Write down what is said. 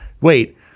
wait